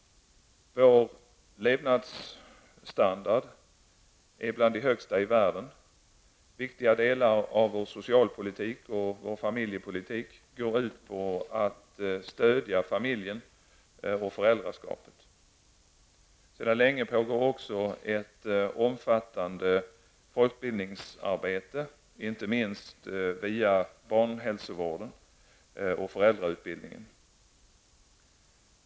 Vår levnadsstandard är bland de högsta i världen. Viktiga delar av vår socialpolitik och vår familjepolitik går ut på att stödja familjen och föräldraskapet. Sedan länge pågår också ett omfattande folkbildningsarbete, inte minst via barnhälsovården och föräldrautbildningen.